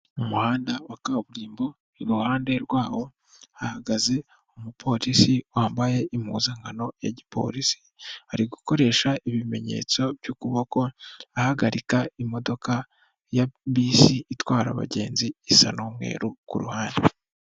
Mu muhanda wa kaburimbo iruhande rwawo hahagaze umupolisi wambaye impuzankano ya gipolisi, ari gukoresha ibimenyetso by'ukuboko ahagarika imodoka ya bisi, itwara abagenzi isa n'umweru ku ruhande.